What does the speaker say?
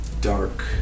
dark